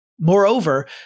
Moreover